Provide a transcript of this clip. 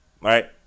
right